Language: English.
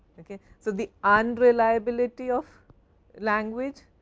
so the unreliability of language,